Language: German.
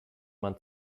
man